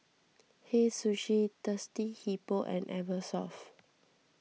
Hei Sushi Thirsty Hippo and Eversoft